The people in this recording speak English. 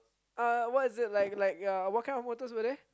uh what is it like like uh what kind of photos were there